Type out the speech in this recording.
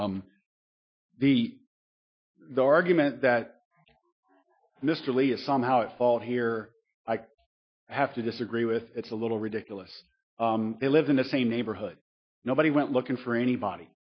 the the argument that mr lee is somehow at fault here i have to disagree with it's a little ridiculous he lives in the same neighborhood nobody went looking for anybody